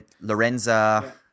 Lorenza